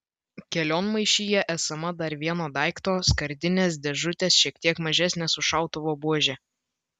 kelionmaišyje esama dar vieno daikto skardinės dėžutės šiek tiek mažesnės už šautuvo buožę